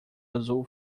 azul